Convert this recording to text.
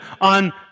on